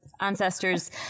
ancestors